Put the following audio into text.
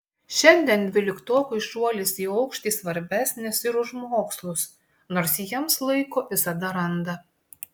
šiandien dvyliktokui šuolis į aukštį svarbesnis ir už mokslus nors jiems laiko visada randa